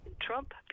Trump